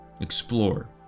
Explore